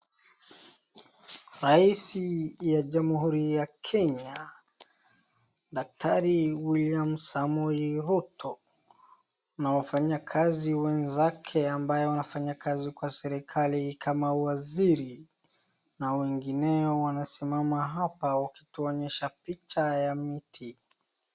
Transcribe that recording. Raisi ya jamuhuri ya Kenya, daktari William Samoei Ruto na wafanya kazi wenzake ambaye wanafanya kazi kwenye serikali kama waziri na wengineo wanasimama hapa wakituonyesha picha ya mti.